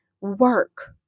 work